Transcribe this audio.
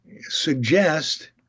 suggest